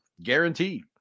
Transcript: guaranteed